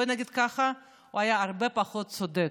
בואו נגיד ככה, הוא היה הרבה פחות צודק.